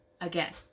again